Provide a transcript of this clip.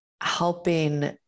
helping